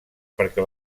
perquè